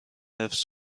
حفظ